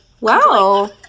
Wow